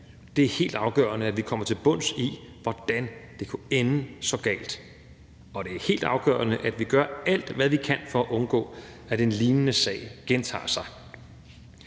det er helt afgørende, at vi kommer til bunds i, hvordan det kunne ende så galt, og det er helt afgørende, at vi gør alt, hvad vi kan, for at undgå, at en lignende sag gentager sig.